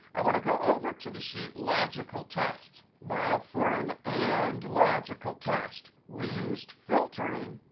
i want to go over to the sheet logical test. now for an and logical test, we used filtering.